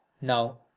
Now